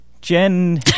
Jen